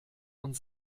und